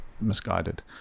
misguided